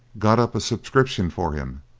got up a subscription for him,